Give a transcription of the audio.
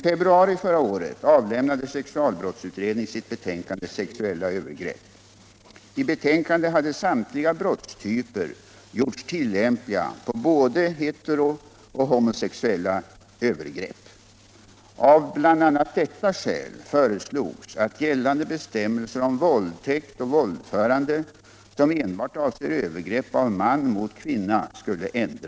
Sedan när är det praxis att lagförslag, om vilka dessutom långtgående enighet i allmän rättsuppfattning råder, skall utredas två gånger?